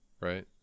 right